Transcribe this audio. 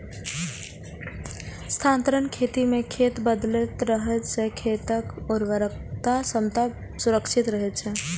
स्थानांतरण खेती मे खेत बदलैत रहला सं खेतक उर्वरक क्षमता संरक्षित रहै छै